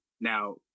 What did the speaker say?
Now